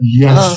yes